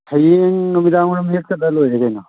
ꯍꯌꯦꯡ ꯅꯨꯃꯤꯗꯥꯡꯋꯥꯏꯔꯝ ꯍꯦꯛ ꯆꯠꯂ ꯂꯣꯏꯔꯦ ꯀꯩꯅꯣ